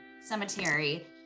cemetery